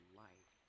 life